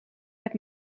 met